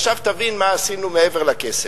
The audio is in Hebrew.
עכשיו תבין מה עשינו מעבר לכסף.